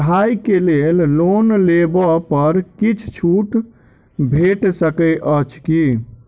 पढ़ाई केँ लेल लोन लेबऽ पर किछ छुट भैट सकैत अछि की?